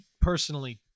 personally